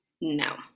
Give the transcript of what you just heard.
No